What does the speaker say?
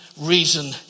reason